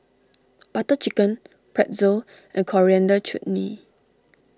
Butter Chicken Pretzel and Coriander Chutney